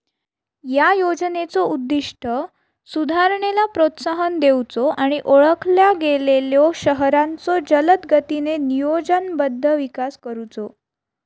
या योजनेचो उद्दिष्ट सुधारणेला प्रोत्साहन देऊचो आणि ओळखल्या गेलेल्यो शहरांचो जलदगतीने नियोजनबद्ध विकास करुचो